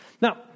Now